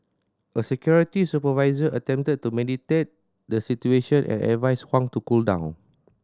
a security supervisor attempted to mediate the situation and advised Huang to cool down